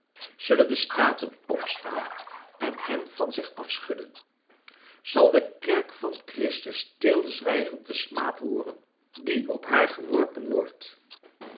zullen de staten opstaan en hen van zich afschudden zal de kerk van christus stilzwijgend den smaad hooren die op haar geworpen wordt